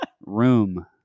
Room